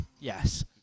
Yes